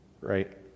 right